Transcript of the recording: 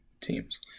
teams